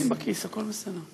בכיס, הכול בסדר.